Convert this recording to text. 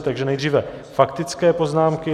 Takže nejdříve faktické poznámky.